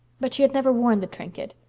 but she had never worn the trinket.